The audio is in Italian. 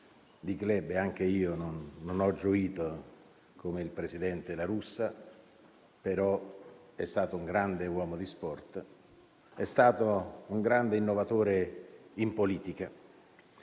di club (anche io non ho gioito, come il presidente La Russa). È stato un grande uomo di sport e un grande innovatore in politica.